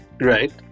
right